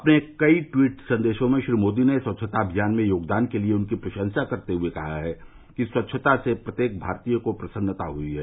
अपने कई ट्वीट संदेशों में श्री मोदी ने स्वच्छता अभियान में योगदान के लिए उनकी प्रशंसा करते हुए कहा है कि सच्छता से प्रत्येक भारतीय को प्रसन्नता हई है